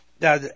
Now